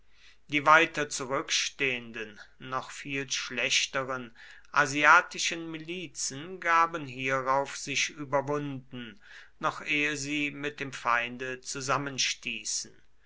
die weiter zurückstehenden noch viel schlechteren asiatischen milizen gaben hierauf sich überwunden noch ehe sie mit dem feinde zusammenstießen